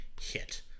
hit